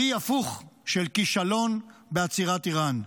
וי הפוך של כישלון בעצירת איראן.